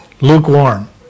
lukewarm